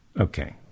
Okay